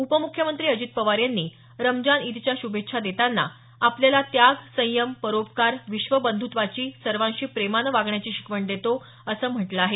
उपमुख्यमंत्री अजित पवार यांनी रमजान ईदच्या श्भेच्छा देताना आपल्याला त्याग संयम परोपकार विश्व बंधूत्वाची सर्वांशी प्रेमानं वागण्याची शिकवण देतो असं म्हटलं आहे